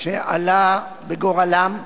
שעלה בגורלם.